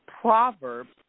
Proverbs